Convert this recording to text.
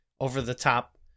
over-the-top